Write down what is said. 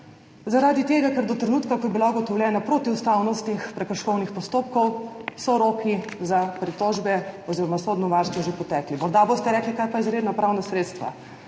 zaradi tega, ker so do trenutka, ko je bila ugotovljena protiustavnost teh prekrškovnih postopkov, roki za pritožbe oziroma sodno varstvo že potekli. Morda boste rekli, kaj pa izredna pravna sredstva,